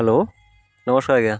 hello ନମସ୍କାର ଆଜ୍ଞା